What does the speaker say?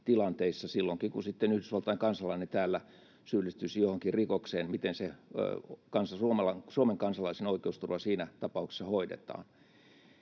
silloinkin kun sitten Yhdysvaltain kansalainen täällä syyllistyisi johonkin rikokseen, miten Suomen kansalaisen oikeusturva siinä tapauksessa hoidetaan.